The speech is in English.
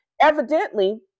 Evidently